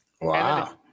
Wow